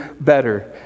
better